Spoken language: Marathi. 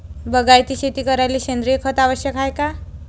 बागायती शेती करायले सेंद्रिय खत आवश्यक हाये का?